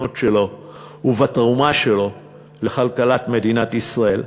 שלו ובתרומה שלו לכלכלת מדינת ישראל,